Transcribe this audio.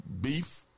beef